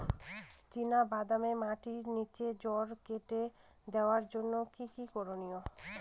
চিনা বাদামে মাটির নিচে জড় কেটে দেওয়ার জন্য কি কী করনীয়?